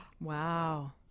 Wow